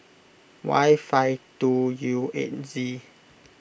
Y five two U eight Z